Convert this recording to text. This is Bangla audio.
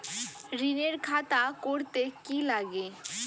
ঋণের খাতা করতে কি লাগে?